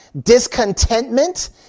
discontentment